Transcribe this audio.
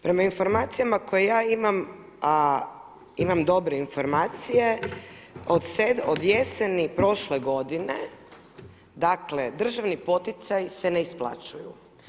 Prema informacijama koje ja imam, a imam dobre informacije od jeseni prošle godine, dakle državni poticaji se ne isplaćuju.